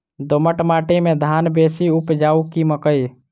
दोमट माटि मे धान बेसी उपजाउ की मकई?